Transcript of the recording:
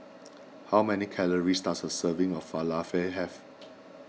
how many calories does a serving of Falafel have